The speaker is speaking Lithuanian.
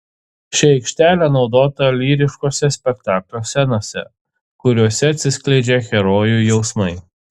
ši aikštelė naudota lyriškose spektaklio scenose kuriose atsiskleidžia herojų jausmai